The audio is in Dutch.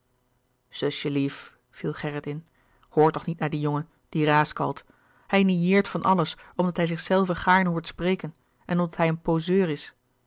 zusje lief viel gerrit in hoor toch niet naar dien jongen die raaskalt hij nieert van alles omdat hij zichzelven gaarne hoort spreken en omdat hij een poseur is